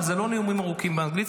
אבל זה לא נאומים ארוכים באנגלית,